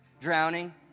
drowning